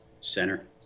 center